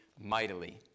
mightily